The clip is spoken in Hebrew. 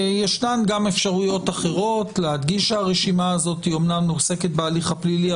ישנן גם אפשרויות אחרות: להדגיש שהרשימה הזאת אומנם עוסקת בהליך הפלילי,